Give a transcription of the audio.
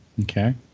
Okay